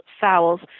fowls